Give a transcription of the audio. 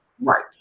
Right